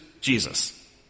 Jesus